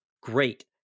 great